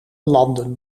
landen